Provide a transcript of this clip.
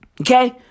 Okay